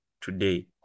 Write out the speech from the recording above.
today